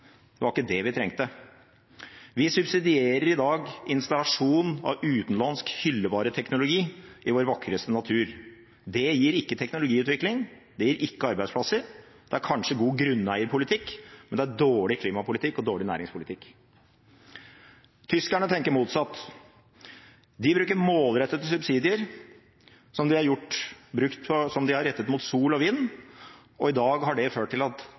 Det var ikke det vi trengte. Vi subsidierer i dag installasjon av utenlandsk hyllevareteknologi i vår vakreste natur. Det gir ikke teknologiutvikling, det gir ikke arbeidsplasser. Det er kanskje god grunneierpolitikk, men det er dårlig klimapolitikk og dårlig næringspolitikk. Tyskerne tenker motsatt. De bruker målrettede subsidier som de har rettet mot sol og vind, og i dag har det ført til at